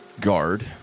Guard